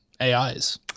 AIs